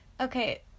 Okay